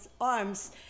arms